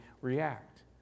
react